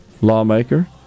lawmaker